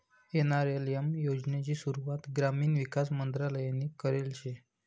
NRLM योजनानी सुरुवात ग्रामीण विकास मंत्रालयनी करेल शे